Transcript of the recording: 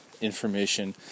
information